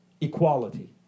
equality